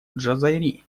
джазайри